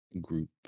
group